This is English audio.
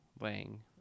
lang